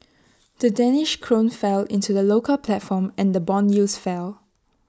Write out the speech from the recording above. the danish Krone fell in the local platform and Bond yields fell